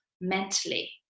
mentally